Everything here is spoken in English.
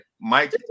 Mike